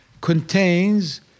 contains